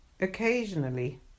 Occasionally